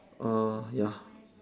uh ya